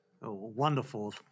Wonderful